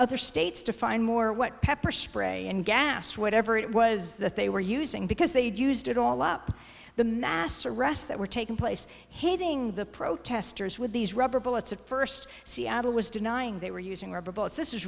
other states to find more what pepper spray and gas whatever it was that they were using because they'd used it all up the mass arrests that were taking place hitting the protesters with these rubber bullets at first seattle was denying they were using rubber bullets this is